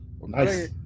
Nice